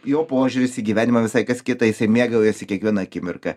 jo požiūris į gyvenimą visai kas kita jisai mėgaujasi kiekviena akimirka